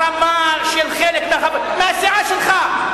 הרמה של חלק מהחברים מהסיעה שלך,